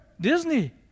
Disney